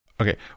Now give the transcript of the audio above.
okay